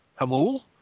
Hamul